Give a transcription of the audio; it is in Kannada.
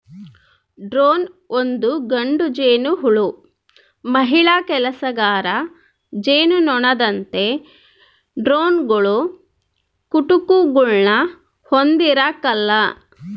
ಡ್ರೋನ್ ಒಂದು ಗಂಡು ಜೇನುಹುಳು ಮಹಿಳಾ ಕೆಲಸಗಾರ ಜೇನುನೊಣದಂತೆ ಡ್ರೋನ್ಗಳು ಕುಟುಕುಗುಳ್ನ ಹೊಂದಿರಕಲ್ಲ